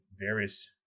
various